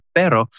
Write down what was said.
pero